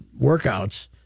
workouts